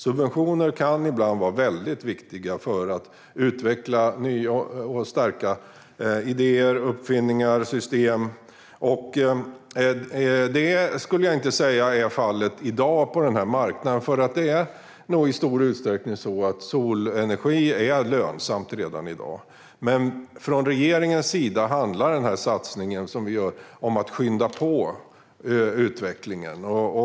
Subventioner kan ibland vara väldigt viktiga för att utveckla nya och starka idéer, uppfinningar och system. Det skulle jag inte säga är fallet i dag på den här marknaden, för solenergi är lönsamt redan i dag. Men regeringens satsning handlar om att skynda på utvecklingen.